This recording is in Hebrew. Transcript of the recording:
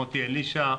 מוטי אלישע,